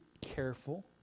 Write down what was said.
careful